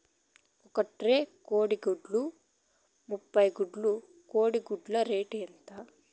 ఒక ట్రే కోడిగుడ్లు ముప్పై గుడ్లు కోడి గుడ్ల రేటు ఎంత?